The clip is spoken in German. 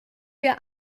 wir